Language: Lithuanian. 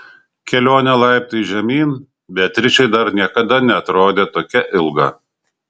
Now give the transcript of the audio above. kelionė laiptais žemyn beatričei dar niekada neatrodė tokia ilga